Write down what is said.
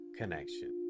connection